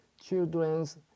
children's